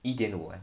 一点五 eh